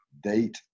Date